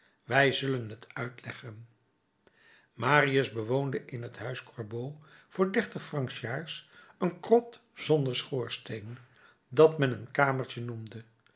wij zullen t uitleggen marius bewoonde in het huis gorbeau voor dertig francs s jaars een krot zonder schoorsteen dat men een kamertje noemde